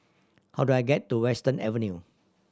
how do I get to Western Avenue